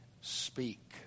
Speak